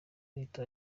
rito